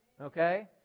Okay